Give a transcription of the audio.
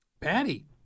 Patty